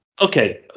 Okay